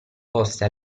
poste